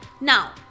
Now